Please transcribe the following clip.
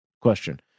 question